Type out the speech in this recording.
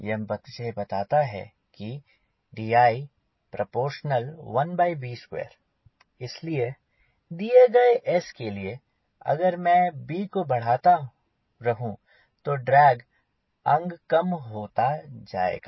यह मुझे बता रहा है कि D i ∝1 b 2 इसलिए दिए गए S के लिए अगर मैं b को बढ़ाता रहूँ तो ड्रैग अंग कम होता जाएगा